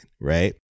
right